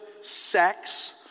sex